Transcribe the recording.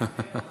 אה?